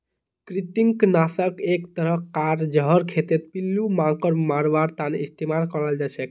कृंतक नाशक एक तरह कार जहर खेतत पिल्लू मांकड़ मरवार तने इस्तेमाल कराल जाछेक